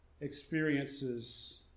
experiences